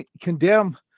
condemn